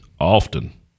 often